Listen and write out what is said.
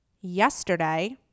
yesterday